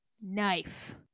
knife